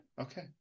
okay